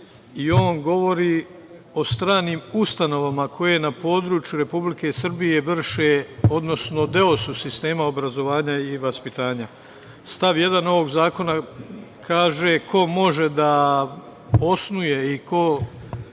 i on govori o stranim ustanovama koje na području Republike Srbije vrše, odnosno deo su sistema obrazovanja i vaspitanja. Stav 1. ovog zakona kaže ko može da osnuje i ko